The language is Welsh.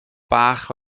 bach